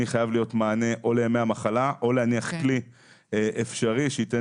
חייב להיות מענה הולם לנושא הזה או ליצור מתווה